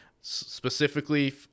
specifically